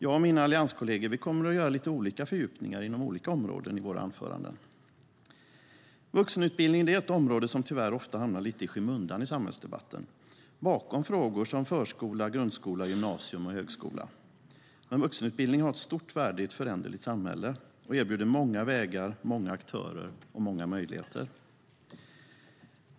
Jag och mina allianskolleger kommer att göra lite olika fördjupningar inom olika områden i våra anföranden. Vuxenutbildning är ett område som tyvärr ofta hamnar lite i skymundan i samhällsdebatten, bakom frågor som förskola, grundskola, gymnasium och högskola. Men vuxenutbildning har ett stort värde i ett föränderligt samhälle och erbjuder många vägar, många aktörer och många möjligheter.